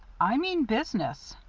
i mean business,